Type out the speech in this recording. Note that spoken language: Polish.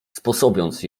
sposobiąc